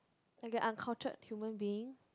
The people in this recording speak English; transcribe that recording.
like an uncultured human being